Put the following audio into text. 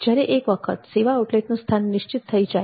જ્યારે એક વખત સેવા આઉટલેટનું સ્થાન નિશ્ચિત થઈ જાય